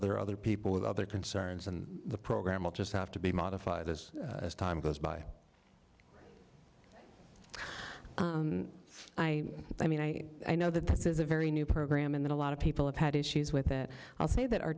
are other people with other concerns and the program will just have to be modified as time goes by i i mean i know that this is a very new program and a lot of people have had issues with it i'll say that our